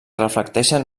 reflecteixen